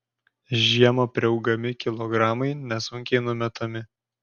žiemą priaugami kilogramai nesunkiai numetami